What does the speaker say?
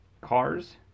cars